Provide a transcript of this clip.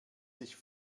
sich